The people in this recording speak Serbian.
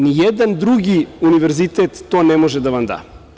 Ni jedan drugi univerzitet to ne može da vam da.